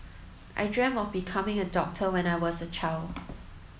I dreamt of becoming a doctor when I was a child